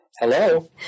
Hello